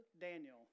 Daniel